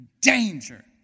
Danger